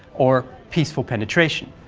or peaceful penetration,